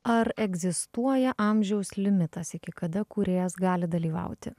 ar egzistuoja amžiaus limitas iki kada kūrėjas gali dalyvauti